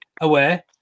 away